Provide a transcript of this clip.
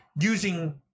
Using